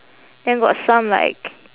then got some like